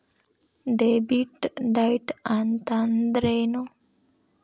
Debit date ಅಂತಂದ್ರೇನು?